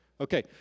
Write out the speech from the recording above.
Okay